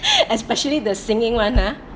especially the singing [one] ah